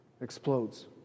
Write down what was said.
explodes